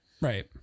right